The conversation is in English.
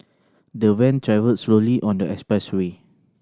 the van travelled slowly on the expressway